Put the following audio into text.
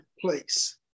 place